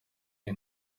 iyi